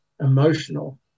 emotional